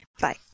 Bye